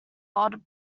odds